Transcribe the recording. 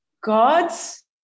God's